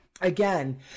again